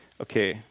Okay